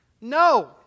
No